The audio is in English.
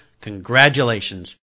congratulations